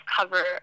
cover